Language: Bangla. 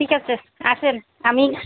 ঠিক আছে আসেন আমি